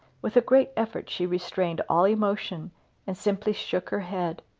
with a great effort she restrained all emotion and simply shook her head.